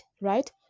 right